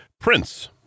Prince